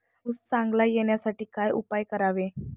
ऊस चांगला येण्यासाठी काय उपाय करावे?